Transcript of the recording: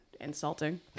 insulting